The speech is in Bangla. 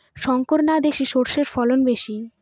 শংকর না দেশি সরষের ফলন বেশী?